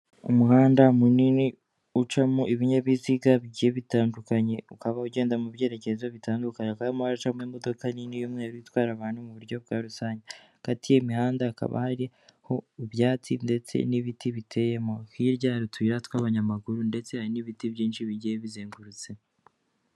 Umuhanda munini ucamo ibinyabiziga bigiye bitandukanye, ukaba ugenda mu byerekezo bitandukanye, hakaba harimo haracamo imodoka nini y'umweru bitwara abantu mu buryo bwa rusange, hagati y'imihanda hakaba hari ibyatsi ndetse n'ibiti biteyemo, hirya hari utuyira tw'abanyamaguru ndetse n'ibiti byinshi bigiye bizengurutse.